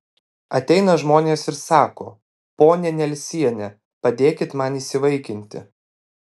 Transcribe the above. ateina žmonės ir sako ponia nelsiene padėkit man įsivaikinti